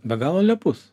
be galo lepus